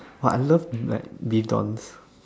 but I love like beef dons